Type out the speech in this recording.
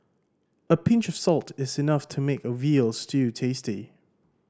a pinch of salt is enough to make a veal stew tasty